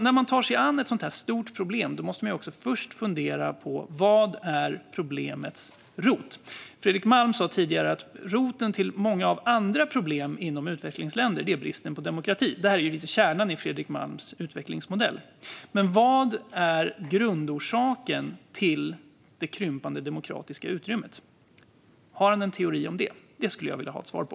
När man tar sig an ett stort problem som detta måste man först fundera över vad problemets rot är. Fredrik Malm sa tidigare att roten till många andra problem i utvecklingsländer är bristen på demokrati. Det är lite av en kärna i Fredrik Malms utvecklingsmodell. Men vad är grundorsaken till det krympande demokratiska utrymmet? Har han en teori om det? Detta skulle jag vilja få ett svar på.